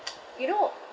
you know